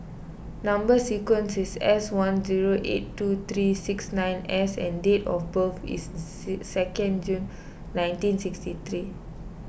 Number Sequence is S one zero eight two three six nine S and date of birth is second June nineteen sixty three